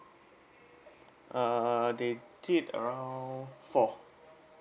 uh they did around four